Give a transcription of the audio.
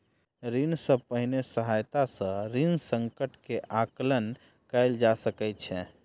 ऋण सॅ पहिने सहायता सॅ ऋण संकट के आंकलन कयल जा सकै छै